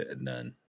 none